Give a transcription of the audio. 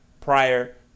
prior